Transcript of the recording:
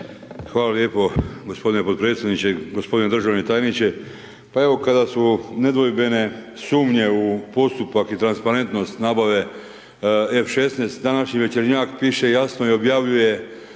Hvala lijepo g. potpredsjedniče. g. Državni tajniče, pa evo kada su nedvojbene sumnje u postupak i transparentnost nabave F-16 današnji Večernjak piše jasno i objavljuje